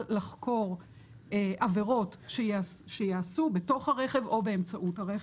לחקור עבירות שייעשו בתוך הרכב או באמצעות הרכב.